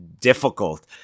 difficult